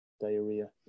diarrhea